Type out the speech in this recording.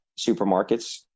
supermarkets